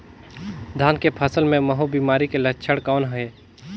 धान के फसल मे महू बिमारी के लक्षण कौन हे?